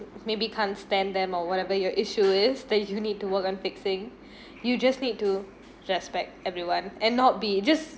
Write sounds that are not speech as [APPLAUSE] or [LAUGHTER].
maybe can't stand them or whatever your issue is that you need to work on fixing [BREATH] you just need to respect everyone and not be just